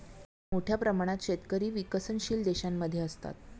मोठ्या प्रमाणात शेतकरी विकसनशील देशांमध्ये असतात